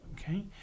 Okay